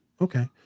Okay